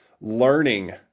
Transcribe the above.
learning